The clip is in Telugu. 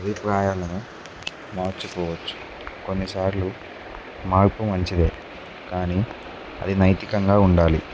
అభిప్రాయాలను మార్చుకోవచ్చు కొన్నిసార్లు మార్పు మంచిదే కానీ అది నైతికంగా ఉండాలి